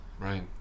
right